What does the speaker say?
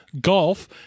golf